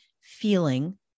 feeling